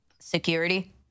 security